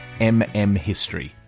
mmhistory